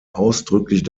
ausdrücklich